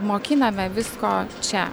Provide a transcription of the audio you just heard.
mokiname visko čia